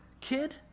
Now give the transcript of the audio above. kid